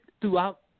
Throughout